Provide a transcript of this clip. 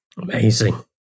amazing